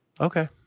Okay